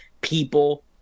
people